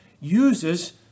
uses